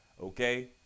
Okay